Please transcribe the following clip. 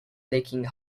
leaking